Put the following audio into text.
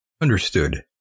Understood